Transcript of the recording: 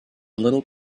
little